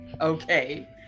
Okay